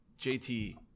JT